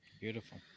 Beautiful